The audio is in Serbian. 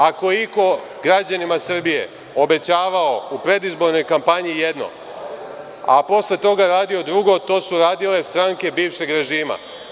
Ako je iko građanima Srbije obećavao u predizbornoj kampanji jedno, a posle toga radio drugo, to su radile stranke bivšeg režima.